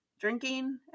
drinking